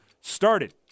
started